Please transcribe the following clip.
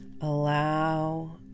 Allow